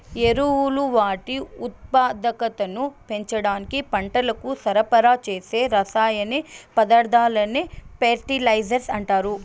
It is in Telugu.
ఎరువులు వాటి ఉత్పాదకతను పెంచడానికి పంటలకు సరఫరా చేసే రసాయన పదార్థాలనే ఫెర్టిలైజర్స్ అంటారు